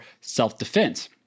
self-defense